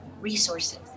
resources